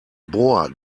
bor